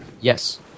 Yes